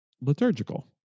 liturgical